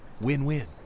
Win-win